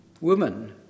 Woman